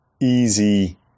easy